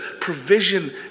provision